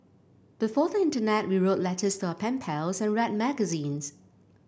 before the internet we wrote letters to our pen pals and read magazines